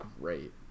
great